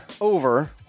over